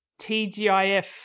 TGIF